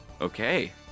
Okay